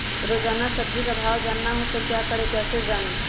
रोजाना सब्जी का भाव जानना हो तो क्या करें कैसे जाने?